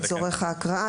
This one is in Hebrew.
לצורך ההקראה.